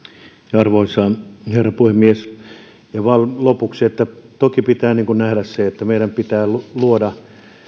arvoisa herra puhemies ihan vain lopuksi että toki pitää nähdä se että meidän pitää luoda